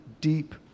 deep